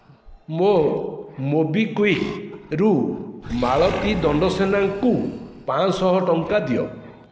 ମୋ ମୋବିକ୍ଵିକ୍ରୁ ମାଳତୀ ଦଣ୍ଡସେନାଙ୍କୁ ପାଞ୍ଚଶହ ଟଙ୍କା ଦିଅ